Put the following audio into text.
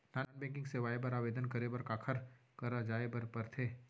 non banking सेवाएं बर आवेदन करे बर काखर करा जाए बर परथे